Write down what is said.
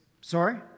sorry